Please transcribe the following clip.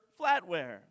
flatware